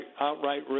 outright